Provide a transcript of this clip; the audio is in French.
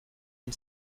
une